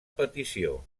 petició